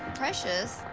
precious?